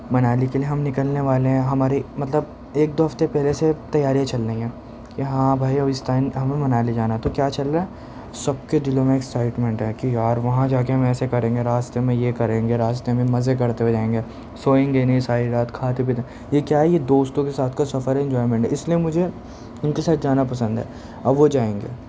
منالی کے لئے ہم نکلنے والے ہیں ہمارے مطلب ایک دو ہفتے پہلے سے تیاریاں چل رہی ہیں کہ ہاں بھائی اب اس ٹائم ہمیں منالی جانا تو کیا چل رہا ہے سب کے دلوں میں ایکسائٹمنٹ ہے کہ یار وہاں جا کے ہم ایسے کریں گے راستے میں یہ کریں گے راستے میں مزے کرتے ہوئے جائیں گے سوئیں گے نہیں ساری رات کھاتے پیتے یہ کیا ہے یہ دوستوں کے ساتھ کا سفر ہے انجوائمنٹ ہے اس لئے مجھے ان کے ساتھ جانا پسند ہے اب وہ جائیں گے